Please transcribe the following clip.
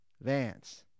Vance